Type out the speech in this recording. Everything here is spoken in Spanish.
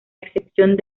excepción